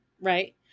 right